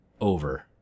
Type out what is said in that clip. over